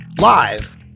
live